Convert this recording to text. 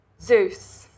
Zeus